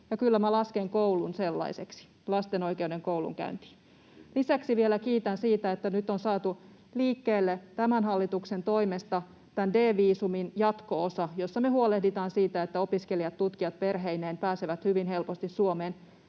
minä lasken koulun sellaiseksi, lasten oikeuden koulunkäyntiin. Lisäksi vielä kiitän siitä, että nyt on saatu liikkeelle hallituksen toimesta D-viisumin jatko-osa, jossa me huolehditaan siitä, että opiskelijat, tutkijat perheineen pääsevät hyvin helposti Suomeen.